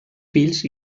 fills